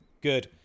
good